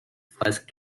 first